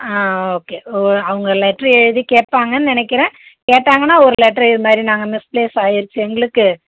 okay அவங்க letter எழுதி கேட்பாங்கன்னு நினைக்கறேன் கேட்டாங்கன்னா ஒரு லெட்டரு இதுமாதிரி நாங்கள் மிஸ் பிளேஸ் ஆயிருச்சு எங்களுக்கு